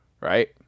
Right